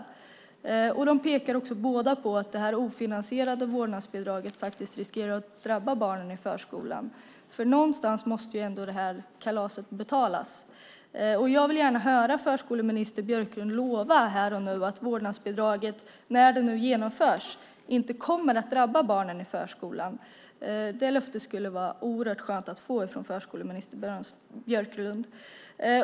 Interpellanterna pekar också på att det ofinansierade vårdnadsbidraget riskerar att drabba barnen i förskolan. Någonstans måste ju ändå kalaset betalas. Jag vill gärna höra förskoleminister Björklund lova här och nu att vårdnadsbidraget, när det nu genomförs, inte kommer att drabba barnen i förskolan. Det löftet skulle vara oerhört skönt att få från förskoleminister Björklund.